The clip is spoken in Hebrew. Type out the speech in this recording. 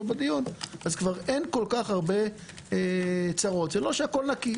אין כל כך הרבה צרות, זה לא שהכול נקי.